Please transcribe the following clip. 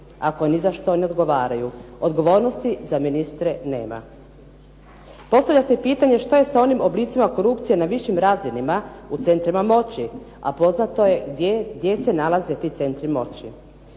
ako ni za što ne odgovaraju. Odgovornosti za ministre nema. Postavlja se pitanje šta je sa onim oblicima korupcije na višim razinama u centrima moći, a poznato je gdje se nalaze ti centri moći